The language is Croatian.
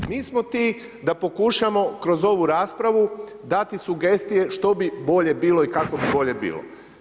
Mi smo ti da pokušamo kroz ovu raspravu dati sugestije što bi bolje bilo i kako bi bolje bilo.